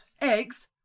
eggs